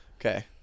Okay